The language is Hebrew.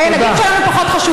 הילדים שלנו פחות חשובים?